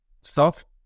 soft